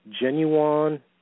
genuine